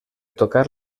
tocar